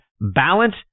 balance